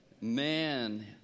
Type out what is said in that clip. Man